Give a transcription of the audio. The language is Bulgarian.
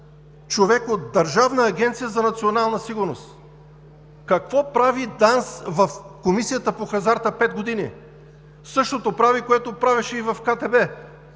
човек от Държавна агенция „Национална сигурност“. Какво прави ДАНС в Комисията по хазарта пет години? Същото прави, което правеше и в КТБ.